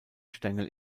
stängel